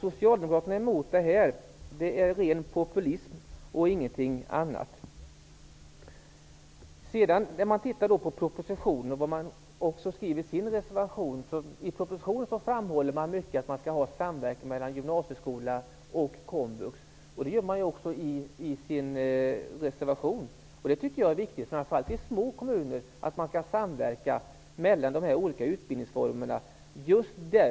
Socialdemokraterna är emot detta av rent populistiska skäl. Det handlar inte om någonting annat. I propositionen framhålls att det skall vara samverkan mellan gymnasieskolan och komvux. Detta sägs även i reservationen. Det är viktigt att man samverkar mellan de olika utbildningsformerna, framför allt i små kommuner.